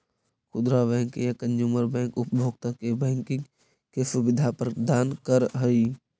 खुदरा बैंक या consumer bank उपभोक्ता के बैंकिंग के सुविधा प्रदान करऽ हइ